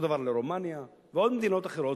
אותו דבר לרומניה ועוד מדינות אחרות.